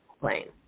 plane